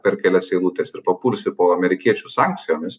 per kelias eilutes ir papulsi po amerikiečių sankcijomis